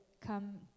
come